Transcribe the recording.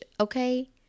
Okay